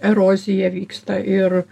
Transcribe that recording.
erozija vyksta ir